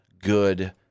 good